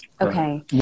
Okay